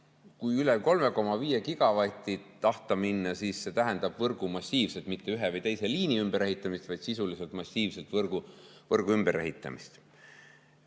Kui üle 3,5 gigavati tahta minna, siis see tähendab võrgu massiivset [ümberehitamist], mitte ühe või teise liini ümberehitamist, vaid sisuliselt massiivset võrgu ümberehitamist.